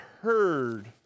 heard